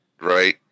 right